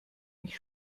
mich